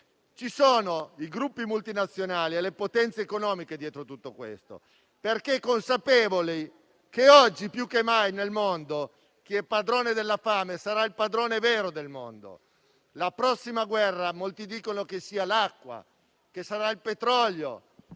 Ci sono i gruppi multinazionali e le potenze economiche dietro tutto questo, perché consapevoli che oggi più che mai, nel mondo, chi è padrone della fame sarà il padrone vero del mondo. Molti dicono che la prossima guerra sarà per l'acqua, per il petrolio